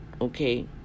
Okay